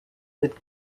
that